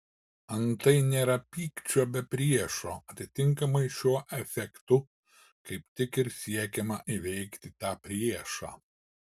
antai nėra pykčio be priešo atitinkamai šiuo afektu kaip tik ir siekiama įveikti tą priešą